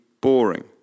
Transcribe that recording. boring